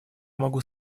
могу